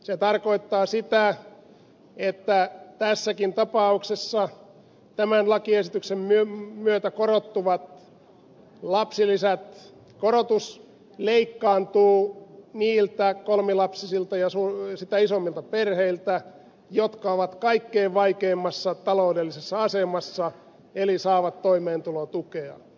se tarkoittaa sitä että tässäkin tapauksessa tämän lakiesityksen myötä korottuvien lapsilisien korotus leikkaantuu niiltä kolmilapsisilta ja sitä isommilta perheiltä jotka ovat kaikkein vaikeimmassa taloudellisessa asemassa eli saavat toimeentulotukea